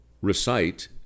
recite